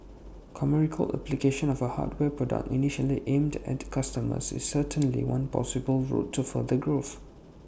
commercial application of A hardware product initially aimed at consumers is certainly one possible route to further growth